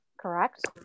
correct